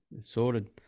Sorted